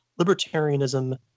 libertarianism